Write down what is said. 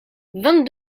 vingt